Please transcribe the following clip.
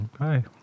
Okay